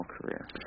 career